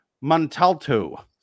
Montalto